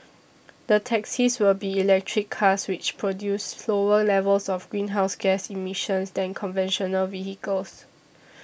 the taxis will be electric cars which produce lower levels of greenhouse gas emissions than conventional vehicles